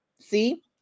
See